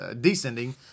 descending